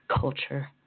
culture